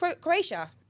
Croatia